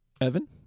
Evan